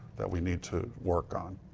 that we need to work on.